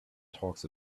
talks